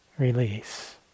Release